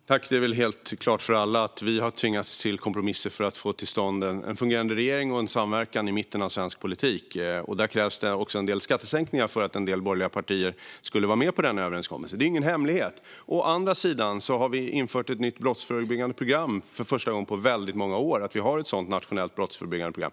Fru talman! Det står väl helt klart för alla att vi har tvingats till kompromisser för att få till stånd en fungerande regering och en samverkan i mitten av svensk politik. Det krävdes skattesänkningar för att en del borgerliga partier skulle vara med på överenskommelsen. Det är ingen hemlighet. Å andra sidan har vi infört ett nytt brottsförebyggande program. Det är första gången på många år som vi har ett sådant nationellt brottsförebyggande program.